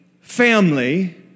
family